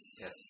Yes